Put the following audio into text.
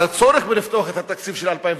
על הצורך בפתיחת התקציב של 2012,